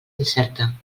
incerta